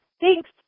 Thanks